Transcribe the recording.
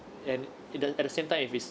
and at the same time if it's